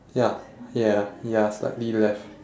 ya ya ya slightly left